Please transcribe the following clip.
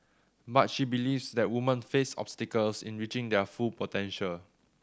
but she believes that women face obstacles in reaching their full potential